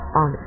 on